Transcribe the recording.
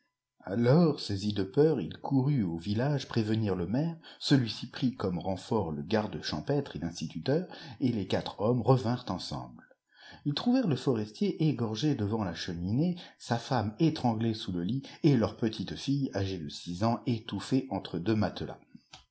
alors saisi de peur il courut au village prévenir le maire celui-ci prit comme renfort le garde champêtre et l'instituteur et les quatre hommes revinrent ensemble ils trouvèrent le forestier égorgé devant la cheminée sa femme étranglée sous le lit et leur petite fille ao éc de six ans étouftée entre deux matelas